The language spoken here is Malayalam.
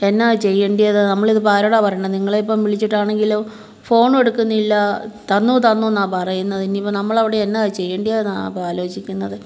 എന്നാണ് ചെയ്യണ്ടിയത് നമ്മൾ ഇത് ഇപ്പം ആരോടാണ് പറയണ്ടത് നിങ്ങളെ ഇപ്പം വിളിച്ചിട്ടാണെങ്കിലോ ഫോണു എടുക്കുന്നില്ല തന്നു തന്നുന്നാ പറയുന്നത് ഇനിയിപ്പം നമ്മൾ അവിടെ എന്നാ ചെയ്യണ്ടിയതെന്നാണ് അപ്പം ആലോചിക്കുന്നത്